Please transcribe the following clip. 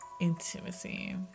intimacy